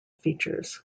features